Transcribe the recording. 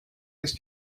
ist